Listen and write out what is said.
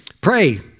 pray